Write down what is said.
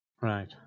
right